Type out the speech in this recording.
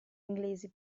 inglesi